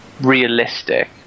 realistic